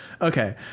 Okay